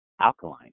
alkaline